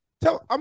Tell